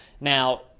Now